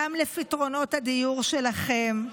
גם לפתרונות הדיור שלכם,